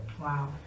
Wow